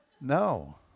No